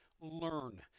learn